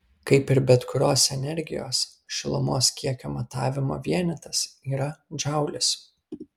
kaip ir bet kurios energijos šilumos kiekio matavimo vienetas yra džaulis